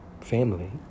family